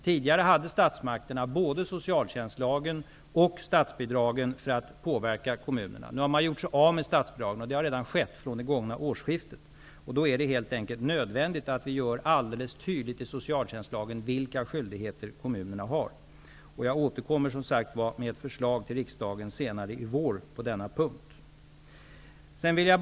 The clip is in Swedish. Tidigare hade statsmakterna både soiclatjänstlagen och statsbidragen för att kunna påverka kommunerna. Nu avskaffades statsbidragen vid det gångna årsskiftet, och därför är det nödvändigt att det framgår alldeles tydligt av socialtjänstlagen vilka skyldigheter kommunerna har. Jag återkommer till riksdagen senare i vår med ett förslag på denna punkt.